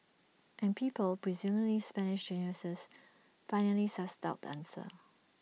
and people presumably Spanish geniuses finally sussed out the answer